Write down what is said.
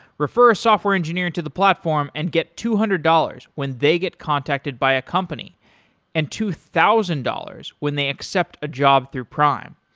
refer a software engineer into the platform and get two hundred dollars when they get contacted by a company and two thousand dollars when they accept accept a job through prime.